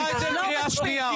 אפרת רייטן, קריאה שנייה.